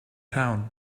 town